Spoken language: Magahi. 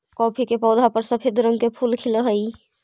कॉफी के पौधा पर सफेद रंग के फूल खिलऽ हई